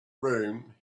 room